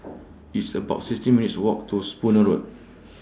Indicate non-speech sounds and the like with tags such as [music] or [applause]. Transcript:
It's about [noise] sixteen minutes' Walk to Spooner Road